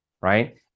right